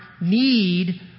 need